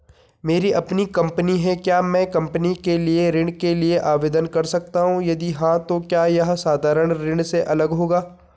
मेरी अपनी कंपनी है क्या मैं कंपनी के लिए ऋण के लिए आवेदन कर सकता हूँ यदि हाँ तो क्या यह साधारण ऋण से अलग होगा?